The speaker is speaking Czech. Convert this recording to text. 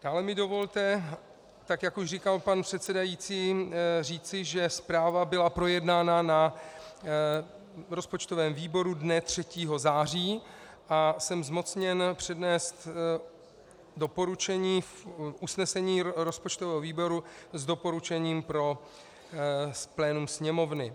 Dále mi dovolte, tak jak už říkal pan předsedající, říci, že zpráva byla projednána na rozpočtovém výboru dne 3. září a jsem zmocněn přednést doporučení v usnesení rozpočtového výboru s doporučením pro plénum Sněmovny.